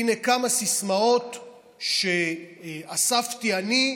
הינה כמה סיסמאות שאספתי אני,